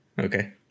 Okay